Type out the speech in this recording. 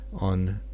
on